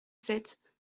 sept